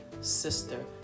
sister